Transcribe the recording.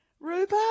Rhubarb